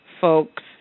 folks